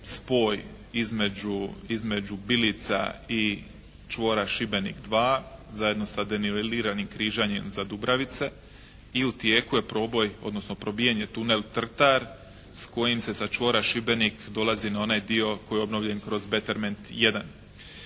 spoj između Bilica i čvora Šibenik II zajedno sa deniveliranim križanjem za Dubravice. I u tijeku je proboj odnosno probijanje tunel Trtar s kojim se sa čvora Šibenik dolazi na onaj dio koji je obnovljen kroz "Beterment I".